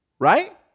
Right